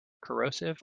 corrosive